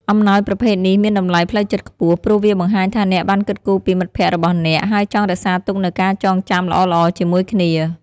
អំណោយប្រភេទនេះមានតម្លៃផ្លូវចិត្តខ្ពស់ ព្រោះវាបង្ហាញថាអ្នកបានគិតគូរពីមិត្តភក្តិរបស់អ្នក ហើយចង់រក្សាទុកនូវការចងចាំល្អៗជាមួយគ្នា។